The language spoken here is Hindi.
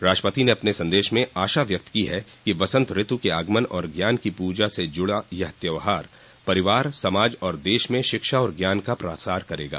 राष्ट्रपति ने अपने संदेश में आशा व्यक्त की है कि वसंतऋतु के आगमन और ज्ञान की पूजा से जुड़ा यह त्योहार परिवार समाज और देश में शिक्षा और ज्ञान का प्रसार करेगा